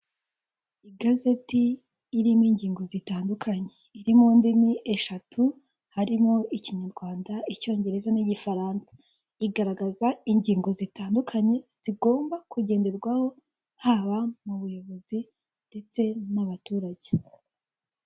Igazeti irimo ingingo zitandukanye iri mu ndimi eshatu harimo, ikinyarwanda, icyongereza n'igifaransa. Igaragaza ingingo zitandukanye zigomba kugenderwaho haba mu buyobozi ndetse n'abaturage.